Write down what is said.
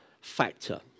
factor